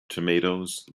tomatoes